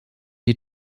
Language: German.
die